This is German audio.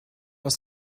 aus